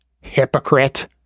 hypocrite